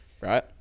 right